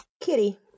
Kitty